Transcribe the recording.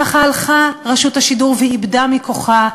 ככה הלכה רשות השידור ואיבדה מכוחה,